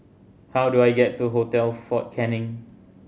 how do I get to Hotel Fort Canning